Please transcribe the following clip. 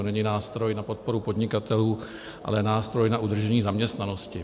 To není nástroj na podporu podnikatelů, ale nástroj na udržení zaměstnanosti.